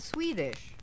Swedish